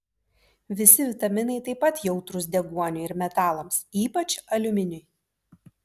visi vitaminai taip pat jautrūs deguoniui ir metalams ypač aliuminiui